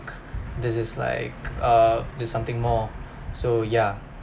this is like a there's something more so ya